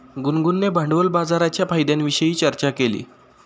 गुनगुनने भांडवल बाजाराच्या फायद्यांविषयी चर्चा केली